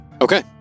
okay